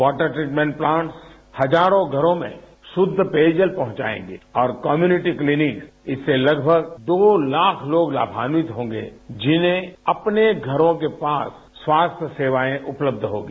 water treatment plants हजारों घरों में शुद्ध पेयजल फहुंचाएंगे और कम्युनिटी क्लीनिक से लगभग दो लाख लोग लाभान्वित होंगे जिन्हें अपने घरों के पास स्वास्थ्य सेवाएं उपलब्ध होगी